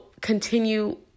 continue